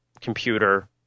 computer